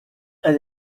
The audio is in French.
elle